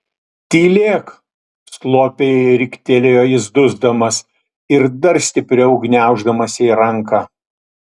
tylėk slopiai riktelėjo jis dusdamas ir dar stipriau gniauždamas jai ranką